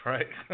Right